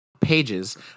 pages